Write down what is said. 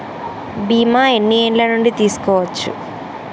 బీమా ఎన్ని ఏండ్ల నుండి తీసుకోవచ్చు?